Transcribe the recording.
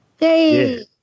Yay